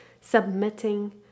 Submitting